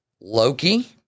Loki